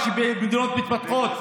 את מה שבמדינות מתפתחות,